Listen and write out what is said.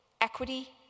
equity